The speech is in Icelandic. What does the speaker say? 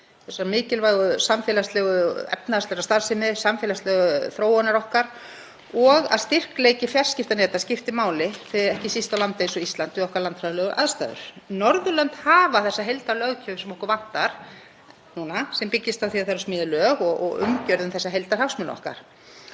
mikilvægrar samfélagslegrar og efnahagslegrar starfsemi og samfélagslegrar þróunar okkar og að styrkleiki fjarskiptaneta skiptir máli, ekki síst á landi eins og Íslandi með sínar landfræðilegu aðstæður. Norðurlönd hafa þá heildarlöggjöf sem okkur vantar núna sem byggist á því að það eru smíðuð lög og umgjörð um þessa heildarhagsmuni okkar.